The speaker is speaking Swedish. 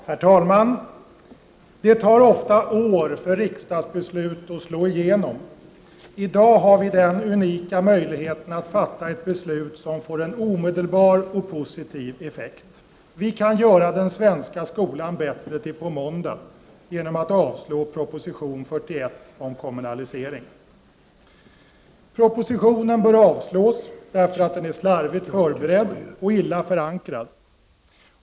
Herr talman! Det tar ofta år för riksdagsbeslut att slå igenom. I dag har vi den unika möjligheten att fatta ett beslut som får en omedelbar och positiv effekt. Vi kan göra den svenska skolan bättre till på måndag genom att avslå proposition 41 om kommunalisering. Propositionen bör avslås därför att den är slarvigt förberedd och illa förankrad.